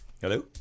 Hello